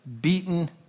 beaten